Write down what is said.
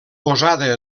posada